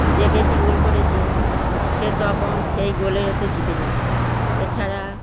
যে বেশি গোল করেছে সে তখন সেই গোলের ইয়েতে জিতে যেত এছাড়া